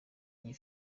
iyi